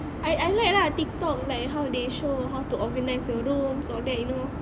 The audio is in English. I I like lah TikTok like how they show how to organise your rooms all that you know